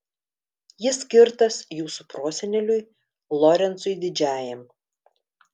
jis skirtas jūsų proseneliui lorencui didžiajam